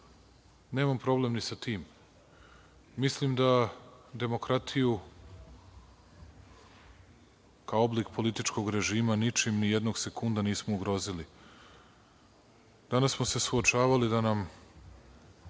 Nemam problem ni sa tim. Mislim da demokratiju, kao oblik političkog režima, ničim ni jednog sekunda nismo ugrozili. Danas smo se suočavali da nam